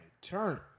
turn